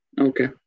Okay